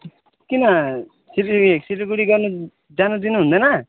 किन सिल सिलगढी गर्नु जानु दिनुहुँदैन